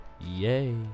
Yay